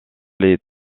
les